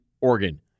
organ